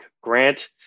grant